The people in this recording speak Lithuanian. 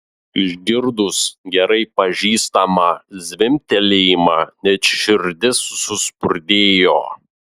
išgirdus gerai pažįstamą zvimbtelėjimą net širdis suspurdėjo